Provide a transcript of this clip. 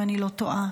אם אני לא טועה,